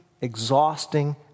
exhausting